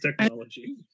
technology